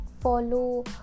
follow